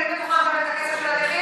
הם לא כוללים בתוכם שם את הכסף של הנכים?